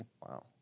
Wow